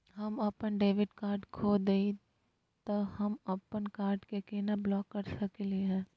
हम अपन debit card खो दे ही, त हम अप्पन कार्ड के केना ब्लॉक कर सकली हे?